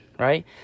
Right